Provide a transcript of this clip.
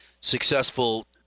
successful